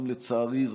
לצערי,